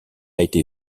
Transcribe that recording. été